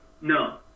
No